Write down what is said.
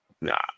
nah